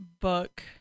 book